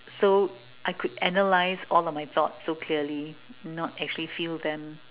so I could analyse all of my thoughts so clearly not actually feel them